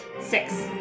Six